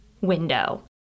window